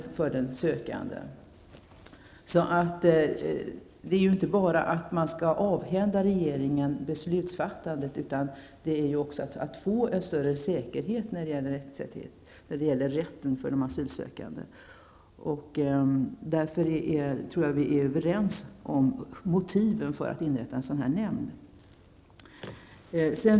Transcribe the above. Syftet med inrättandet av denna nämnd är inte bara att man skall avhända regeringen beslutsfattandet utan att man skall få en större säkerhet när det gäller de asylsökandes rättigheter. Därför tror jag att vi är överens om motiven för att inrätta en sådan nämnd.